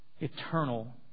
Eternal